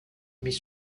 mais